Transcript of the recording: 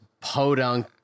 podunk